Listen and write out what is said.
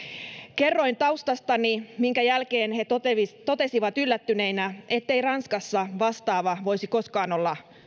kerroin taustastani minkä jälkeen he totesivat totesivat yllättyneinä ettei ranskassa vastaava voisi koskaan olla